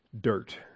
dirt